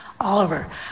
Oliver